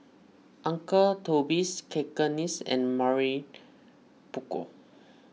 Uncle Toby's Cakenis and Mamy Poko